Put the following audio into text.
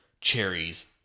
cherries